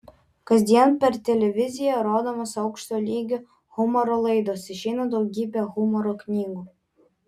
kasdien per televiziją rodomos aukšto lygio humoro laidos išeina daugybė humoro knygų